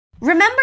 Remember